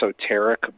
esoteric